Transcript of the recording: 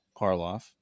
Karloff